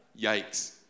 Yikes